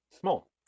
small